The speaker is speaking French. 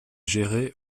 géré